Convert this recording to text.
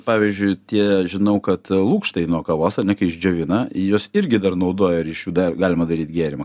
pavyzdžiui tie žinau kad lukštai nuo kavos ane kai išdžiovina juos irgi dar naudoja ir iš jų dar galima daryt gėrimą